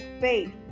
faith